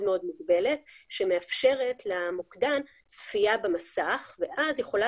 מאוד מוגבלת שמאפשרת למוקדן צפייה במסך ואז יכולה